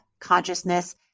consciousness